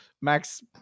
Max